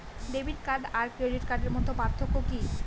Debit card আর credit কার্ডের মধ্যে পার্থক্য কি?